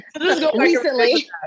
Recently